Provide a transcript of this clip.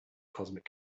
cosmic